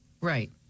Right